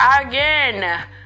again